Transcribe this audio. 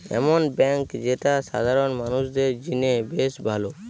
এমন বেঙ্ক যেটা সাধারণ মানুষদের জিনে বেশ ভালো